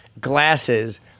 glasses